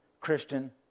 Christian